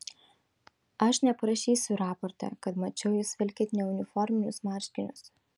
aš neparašysiu raporte kad mačiau jus vilkint neuniforminius marškinius